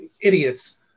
idiots